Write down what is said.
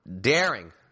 daring